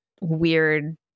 weird